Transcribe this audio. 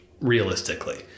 realistically